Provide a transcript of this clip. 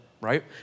right